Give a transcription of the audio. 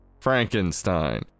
frankenstein